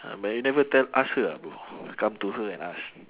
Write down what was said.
uh but you never tell ask her ah bro come to her and ask